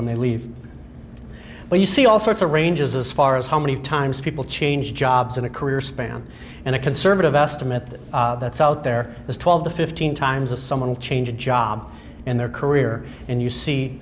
when they leave but you see all sorts of ranges as far as how many times people change jobs in a career span and a conservative estimate that's out there is twelve to fifteen times of someone change a job in their career and you see